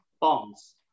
bonds